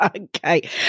Okay